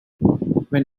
when